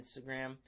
Instagram